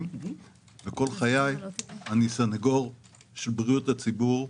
לא כך עולה במחקרים השוואתיים.